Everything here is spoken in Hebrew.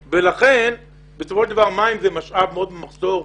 לכן בסופו של דבר מים הם משאב מאוד במחסור.